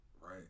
Right